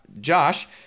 Josh